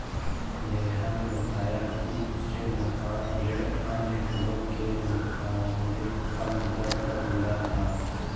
नेहा ने बताया कि उसे मकान ऋण अन्य ऋणों के मुकाबले कम दर पर मिला था